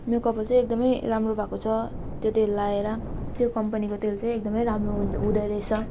मेरो कपाल चाहिँ एकदमै राम्रो भएको छ त्यो तेल लगाएर त्यो कम्पनीको तेल चाहिँ एकदमै राम्रो हुँदो हुँदोरहेछ